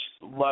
love